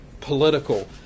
political